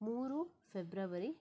ಮೂರು ಫೆಬ್ರವರಿ